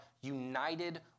united